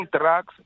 drugs